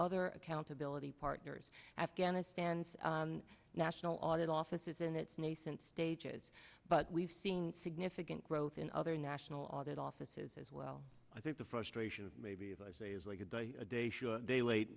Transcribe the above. other accountability partners afghanistan's national audit office is in its nascent stages but we've seen significant growth in other national audit office is as well i think the frustration of maybe if i say is like a day a day should day late